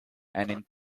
and